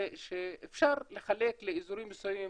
שאפשר לחלק לאזורים מסוימים,